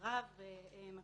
חבריו ומכריו.